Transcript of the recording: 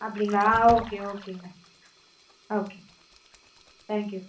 அப்படிங்களா ஓகே ஓகேங்க okay thank you